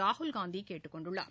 ராகுல்காந்திகேட்டுக் கொண்டுள்ளார்